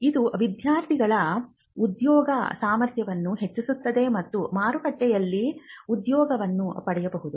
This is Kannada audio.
ಇದು ವಿದ್ಯಾರ್ಥಿಗಳ ಉದ್ಯೋಗ ಸಾಮರ್ಥ್ಯವನ್ನು ಹೆಚ್ಚಿಸುತ್ತದೆ ಮತ್ತು ಮಾರುಕಟ್ಟೆಯಲ್ಲಿ ಉದ್ಯೋಗವನ್ನು ಪಡೆಯಬಹುದು